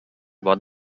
bot